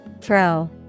Throw